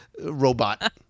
robot